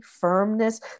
firmness